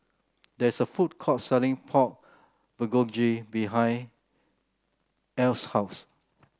there's a food court selling Pork Bulgogi behind Eryn's house